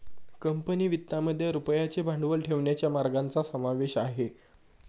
company वित्तामध्ये रुपयाचे भांडवल ठेवण्याच्या मार्गांचा समावेश आहे